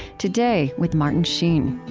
today with martin sheen.